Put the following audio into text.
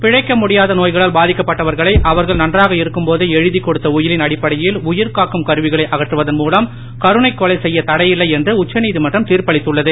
பிழைக்க முடியாத நோய்களால் பாதிக்கப்பட்டவர்களை அவர்கள் நன்றாக இருக்கும்போதே எழுதிக் கொடுத்த உயிலின் அடிப்படையில் உயிர்காக்கும் கருவிகளை அகற்றுவதன் மூலம் கருணைக் கொலை செய்ய தடையில்லை என்று உச்சநீதிமன்றம் தீர்ப்பளித்துள்ளது